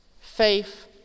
Faith